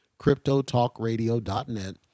CryptoTalkRadio.net